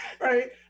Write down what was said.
right